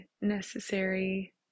necessary